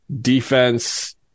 defense